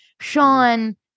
sean